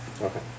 Okay